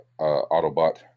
Autobot